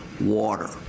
water